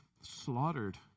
slaughtered